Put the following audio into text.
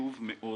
החשוב מאוד